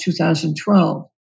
2012